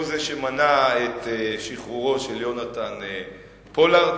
זה הוא שמנע את שחרורו של יהונתן פולארד.